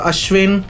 Ashwin